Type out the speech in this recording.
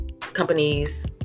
companies